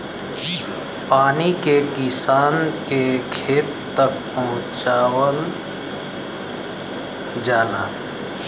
पानी के किसान के खेत तक पहुंचवाल जाला